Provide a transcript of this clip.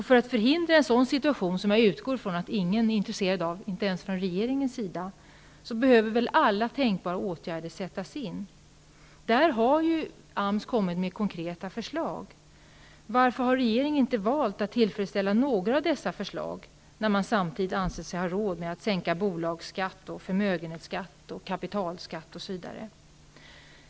För att förhindra en sådan situation, som jag utgår från att ingen är intresserad av, inte ens från regeringens sida, behöver väl alla tänkbara åtgärder sättas in. Där har AMS kommit med konkreta förslag. Varför har regeringen inte valt att tillmötesgå några av dessa krav, när man anser sig har råd att sänka bolagsskatt, förmögenhetsskatt, kapitalskatt, osv.?